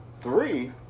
three